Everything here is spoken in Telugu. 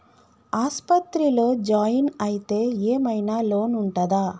ఆస్పత్రి లో జాయిన్ అయితే ఏం ఐనా లోన్ ఉంటదా?